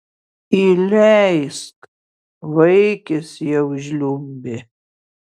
įleisk vaikis jau žliumbė